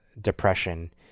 depression